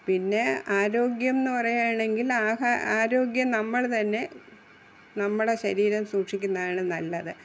പിന്നെ ആരോഗ്യമെന്നു പറയുകയാണെങ്കിൽ ആഹാ ആരോഗ്യം നമ്മൾ ത തന്നെ നമ്മുടെ ശരീരം സൂക്ഷിക്കുന്നതാണ് നല്ലത്